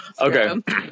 okay